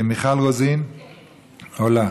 מיכל רוזין, עולה,